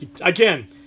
again